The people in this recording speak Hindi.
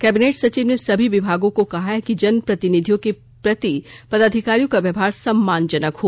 कैबिनेट सचिव ने सभी विभागों को कहा है कि जन प्रतिनिधियों के प्रति पदाधिकारियों का व्यवहार सम्मानजनक हो